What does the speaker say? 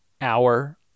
hour